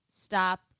stop